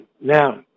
now